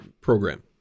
program